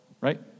right